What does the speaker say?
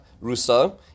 Rousseau